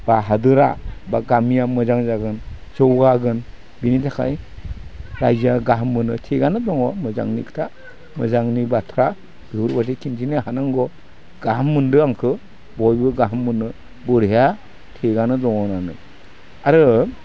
बा हादोरा बा गामिया मोजां जागोन जौगागोन बिनि थाखाय रायजोआ गाहाम मोनो थिखआनो दङ मोजांनि खोथा मोजांनि बाथ्रा बेफोरबायदि खिन्थिनो हानांगौ गाहाम मोन्दों आंखो बयबो गाहाम मोनो बरहिया थिखआनो दङ आरो